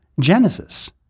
genesis